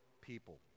people